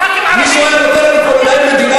מישהו היה נותן לנו פה לנהל מדינה